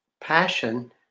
passion